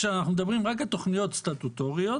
כדי שחברת חשמל תיערך בהתאם כדי מה?